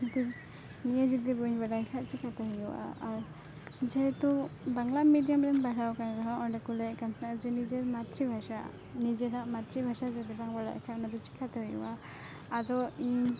ᱠᱤᱱᱛᱩ ᱱᱤᱭᱟᱹ ᱡᱩᱫᱤ ᱵᱟᱹᱧ ᱵᱟᱰᱟᱭ ᱠᱷᱟᱡ ᱪᱤᱠᱟᱹᱛᱮ ᱦᱩᱭᱩᱜᱼᱟ ᱟᱨ ᱡᱮᱦᱮᱛᱩ ᱵᱟᱝᱞᱟ ᱢᱤᱰᱤᱭᱟᱢᱨᱮᱧ ᱯᱟᱲᱦᱟᱣᱠᱟᱱ ᱨᱮᱦᱚᱸ ᱚᱸᱰᱮᱠᱚ ᱞᱟᱹᱭᱮᱫ ᱠᱟᱱ ᱛᱮᱦᱮᱱᱟ ᱡᱮ ᱱᱤᱡᱮᱨ ᱢᱟᱛᱨᱤ ᱵᱷᱟᱥᱟ ᱱᱤᱡᱮᱨᱟᱜ ᱢᱟᱛᱨᱤ ᱵᱷᱟᱥᱟ ᱡᱩᱫᱤ ᱵᱟᱝ ᱵᱟᱲᱟᱭ ᱠᱷᱟᱡ ᱚᱱᱟᱫᱚ ᱪᱮᱠᱟᱛᱮ ᱦᱩᱭᱩᱜᱼᱟ ᱟᱫᱚ ᱤᱧ